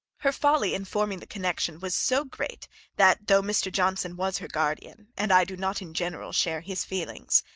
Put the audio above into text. her folly in forming the connection was so great that, though mr. johnson was her guardian, and i do not in general share his feelings,